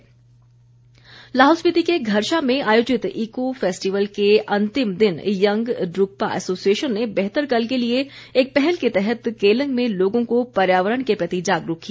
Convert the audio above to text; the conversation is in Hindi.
साईकिल रैली लाहौल स्पिति के घरशा में आयोजित ईको फैस्टिवल के अंतिम दिन यंग ड्रूकपा एसोसिएशन ने बेहतर कल के लिए एक पहल के तहत केलंग में लोगों को पर्यावरण के प्रति जागरूक किया